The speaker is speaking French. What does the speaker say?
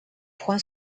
point